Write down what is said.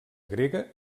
grega